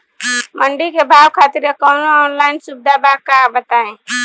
मंडी के भाव खातिर कवनो ऑनलाइन सुविधा बा का बताई?